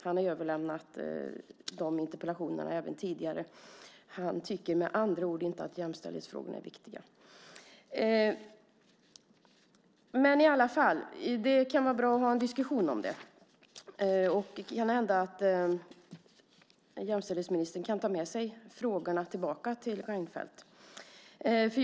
Han har överlämnat de interpellationerna även tidigare. Han tycker med andra ord inte att jämställdhetsfrågorna är viktiga. Det kan i alla fall vara bra att föra en diskussion om dem, och det kan ju hända att jämställdhetsministern kan ta med sig frågorna tillbaka till Reinfeldt.